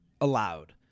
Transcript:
allowed